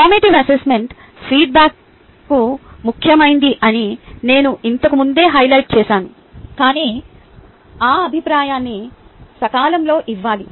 formative assessment feedback ముఖ్యమని నేను ఇంతకు ముందే హైలైట్ చేసాను కాని ఆ అభిప్రాయాన్ని సకాలంలో ఇవ్వాలి